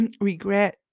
regret